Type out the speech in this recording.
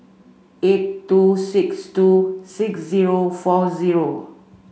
eight two six two six zero four zero